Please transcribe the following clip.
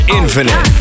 infinite